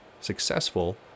successful